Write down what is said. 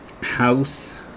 House